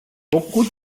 pokud